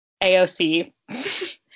AOC